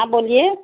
ہاں بولیے